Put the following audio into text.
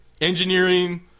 engineering